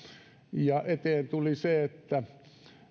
ja eteen tuli se että